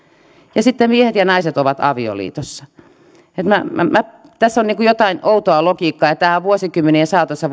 ja sitten miehet ja naiset ovat avioliitossa tässä on jotain outoa logiikkaa ja vuosikymmenien saatossa